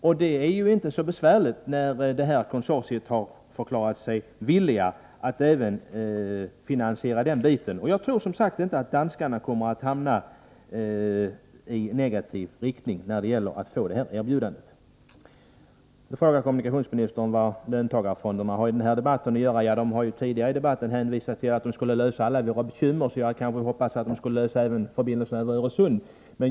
Och det är ju inte så besvärligt, eftersom konsortiet förklarat sig villigt att finansiera även den biten. Jag tror som sagt inte att danskarna kommer att fatta ett negativt beslut när de får det här erbjudandet. Så frågade kommunikationsministern vad löntagarfonderna har i den här debatten att göra. Ja, man har ju i andra debatter hänvisat till att de skulle lösa alla våra problem. Jag hade hoppats att de skulle avhjälpa även bekymren med förbindelserna över Öresund.